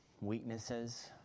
weaknesses